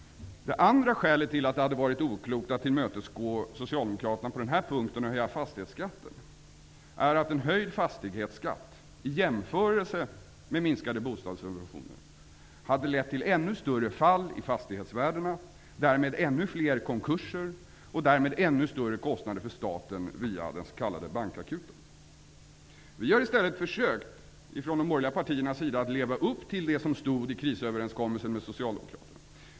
Det andra skälet till att det hade varit oklokt att tillmötesgå Socialdemokraterna på denna punkt och höja fastighetsskatten är att en höjd fastighetsskatt, i jämförelse med minskade bostadssubventioner, hade lett till ett ännu större fall av fastighetsvärdena och därmed ännu fler konkurser och större kostnader för staten genom den s.k. Bankakuten. Vi har i stället från de borgerliga partiernas sida försökt att leva upp till det som stod i överenskommelsen med Socialdemokraterna.